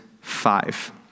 five